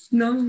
no